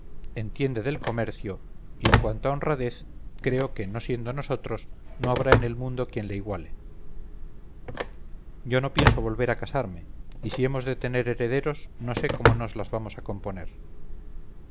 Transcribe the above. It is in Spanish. entiende del comercio y en cuanto a honradez creo que no siendo nosotros no habrá en el mundo quien le iguale yo no pienso volver a casarme y si hemos de tener herederos no sé cómo nos las vamos a componer